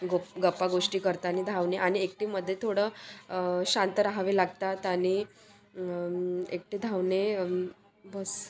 गोप गप्पा गोष्टी करतानी धावणे आणि एकटीमध्ये थोडं शांत रहावे लागतात आणि एकटी धावणे बस